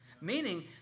Meaning